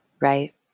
right